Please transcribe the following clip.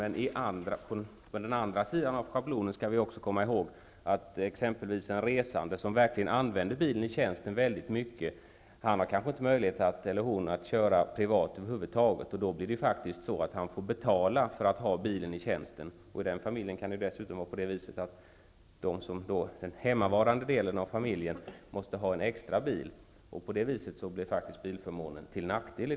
Men å andra sidan får vi inte glömma att exempelvis en resande, som verkligen använder sin bil väldigt mycket i tjänsten, kanske inte har möjlighet att över huvud taget använda bilen privat. Vederbörande får faktiskt betala för att använda bilen i tjänsten. I den här familjen kan det dessutom förhålla sig på det viset att också hemmavarande i familjen måste ha en bil. I sådana fall blir faktiskt bilförmånen en nackdel.